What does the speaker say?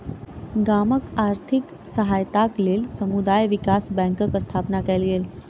गामक आर्थिक सहायताक लेल समुदाय विकास बैंकक स्थापना कयल गेल